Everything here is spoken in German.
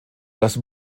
das